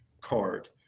card